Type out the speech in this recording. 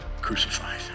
crucified